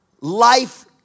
life